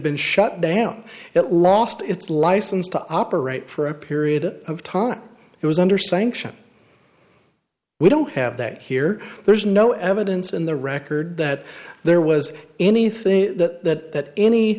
been shut down it lost its license to operate for a period of time it was under sanction we don't have that here there's no evidence in the record that there was anything that